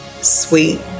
sweet